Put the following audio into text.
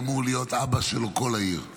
אמור להיות אבא של כל העיר.